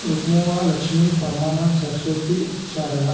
Rukmuva Lakshmi Parmanand Saraswati Sharada